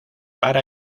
para